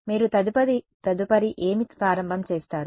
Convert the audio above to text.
మీరు తదుపరి ఏమి ప్రారంభం చేస్తారు